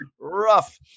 rough